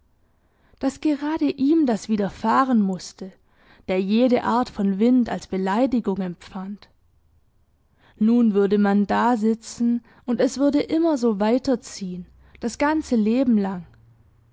daß gerade ihm das widerfahren mußte der jede art von wind als beleidigung empfand nun würde man dasitzen und es würde immer so weiterziehen das ganze leben lang